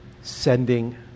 sending